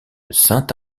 saint